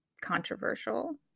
controversial